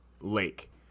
lake